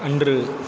அன்று